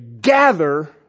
gather